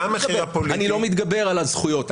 אני לא מתגבר על הזכויות,